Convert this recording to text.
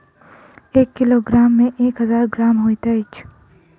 एक किलोग्राम मे एक हजार ग्राम होइत अछि